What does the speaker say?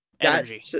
Energy